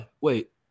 Wait